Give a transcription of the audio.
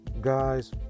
Guys